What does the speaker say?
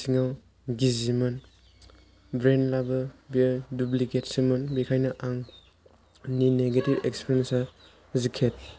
सिङाव गिजिमोन ब्रेन्डब्लाबो बियो दुप्लिकेटसोमोन बेखायनो आंनि निगेटिब एक्सपिरियेन्सा जेकेट